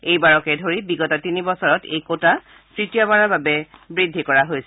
এইবাৰকে ধৰি বিগত তিনিবছৰত এই কোটা তৃতিয়বাৰৰ বাবে বৃদ্ধি কৰা হৈছে